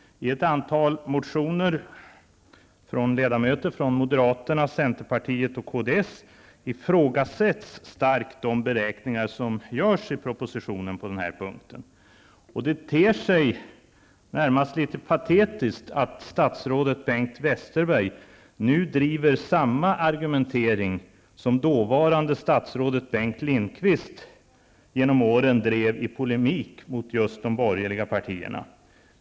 I ett antal motioner av ledamöter från moderaterna, centerpartiet och kds ifrågasätts starkt de beräkningar som görs i propositionen på den här punkten. Det ter sig närmast litet patetiskt att statsrådet Bengt Westerberg nu driver samma argumentering som dåvarande statsrådet Bengt Lindqvist genom åren drev i polemik mot just de borgerliga partierna.